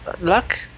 luck